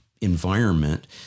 environment